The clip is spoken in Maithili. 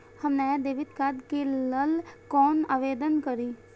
हम नया डेबिट कार्ड के लल कौना आवेदन करि?